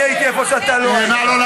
הייתי איפה שאתה לא היית.